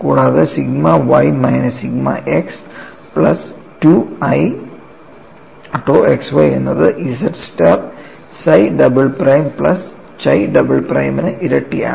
കൂടാതെ sigma y minus sigma x plus 2 i tau xy എന്നത് z star psi double prime plus chi double പ്രൈമിന് ഇരട്ടിയാണ്